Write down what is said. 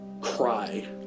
cry